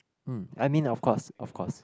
hmm I mean of course of course